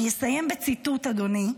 אסיים בציטוט, אדוני,